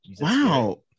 wow